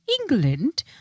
England